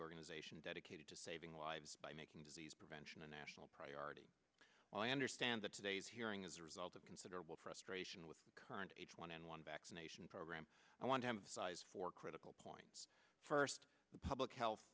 organization dedicated to saving lives by making disease prevention a national priority well i understand that today's hearing is a result of considerable frustration with the current h one n one vaccination program i want to emphasize for critical points first the public health